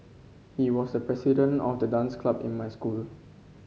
he was the president of the dance club in my school